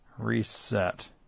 Reset